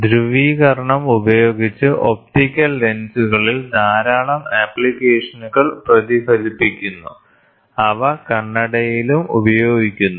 ധ്രുവീകരണം ഉപയോഗിച്ച് ഒപ്റ്റിക്കൽ ലെൻസുകളിൽ ധാരാളം ആപ്ലിക്കേഷനുകൾ പ്രതിഫലിപ്പിക്കുന്നു അവ കണ്ണടയിലും ഉപയോഗിക്കുന്നു